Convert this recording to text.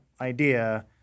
idea